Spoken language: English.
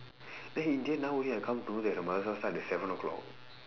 then in the end now I only come to know that her mother start at seven o'clock